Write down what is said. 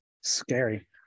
scary